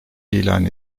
ilan